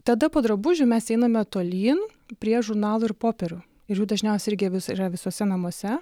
tada po drabužių mes einame tolyn prie žurnalų ir popierių ir jų dažniausiai irgi vis yra visuose namuose